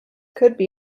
could